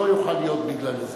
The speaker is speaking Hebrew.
שלא יוכל להיות "בגלל זה".